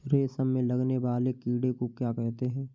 रेशम में लगने वाले कीड़े को क्या कहते हैं?